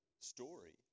story